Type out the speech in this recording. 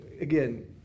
again